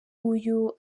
uyu